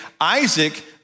Isaac